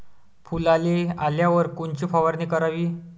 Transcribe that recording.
फुलाले आल्यावर कोनची फवारनी कराव?